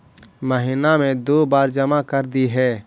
महिना मे दु बार जमा करदेहिय?